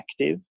active